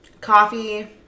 coffee